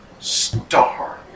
star